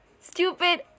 Stupid